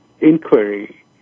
inquiry